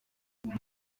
nubwo